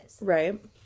Right